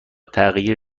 تغییر